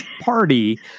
party